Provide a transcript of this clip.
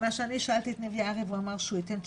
שמה שאני שאלתי את ניב יערי והוא אמר שהוא ייתן תשובה,